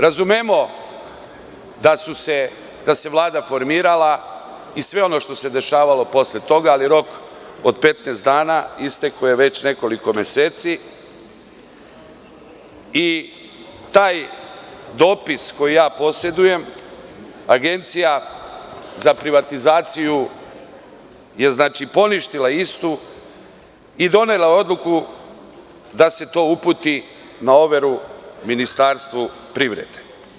Razumemo da se Vlada formirala i sve ono što se dešavalo posle toga, ali je rok od 15 dana istekao pre nekoliko meseci i taj dopis, koji ja posedujem, Agencija za privatizaciju je poništila istu i donela odluku da se to uputi na overu Ministarstvu privrede.